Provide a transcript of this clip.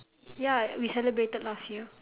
ya we celebrated last year